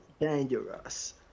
dangerous